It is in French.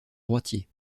droitier